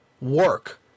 work